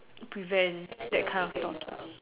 prevent that kind of thoughts lah